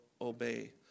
obey